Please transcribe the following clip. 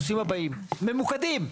ממוקדים.